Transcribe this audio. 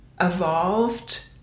evolved